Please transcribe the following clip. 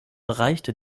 erreichte